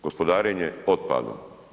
Gospodarenje otpadom.